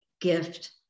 gift